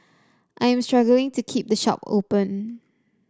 I am struggling to keep the shop open